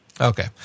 Okay